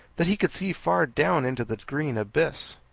that he could see far down into the green abyss.